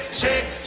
shake